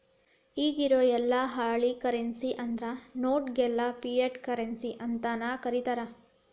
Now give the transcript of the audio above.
ಇಗಿರೊ ಯೆಲ್ಲಾ ಹಾಳಿ ಕರೆನ್ಸಿ ಅಂದ್ರ ನೋಟ್ ಗೆಲ್ಲಾ ಫಿಯಟ್ ಕರೆನ್ಸಿ ಅಂತನ ಕರೇತಾರ